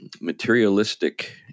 materialistic